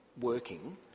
working